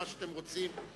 מה שאתם רוצים,